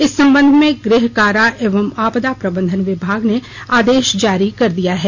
इस संबंध में गृह कारा एवं आपदा प्रबंधन विभाग ने आदेश जारी कर दिया है